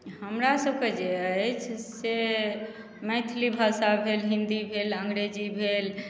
हमरा सभके जे अछि से मैथिली भाषा भेल हिन्दी भेल अँग्रेजी भेल